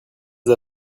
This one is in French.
vos